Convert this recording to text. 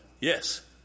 Yes